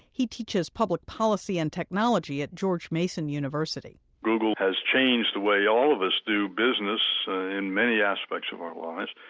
he teaches public policy and technology at george mason university google has changed the way all of us do business in many aspects of our lives.